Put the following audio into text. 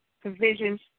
provisions